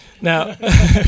Now